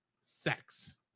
sex